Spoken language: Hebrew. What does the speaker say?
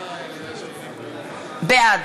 בעד